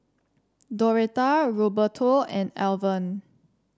Doretta Roberto and Alvan